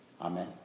Amen